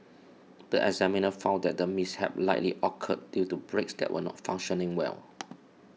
the examiner found that the mishap likely occurred due to brakes that were not functioning well